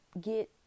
get